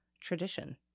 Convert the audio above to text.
tradition